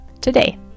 today